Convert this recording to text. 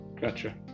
Gotcha